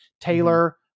Taylor